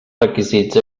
requisits